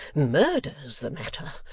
murder's the matter!